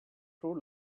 rule